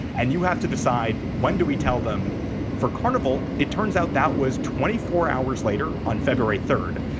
and you have to decide when do we tell them for carnival, it turns out that was twenty four hours later on february third,